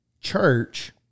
church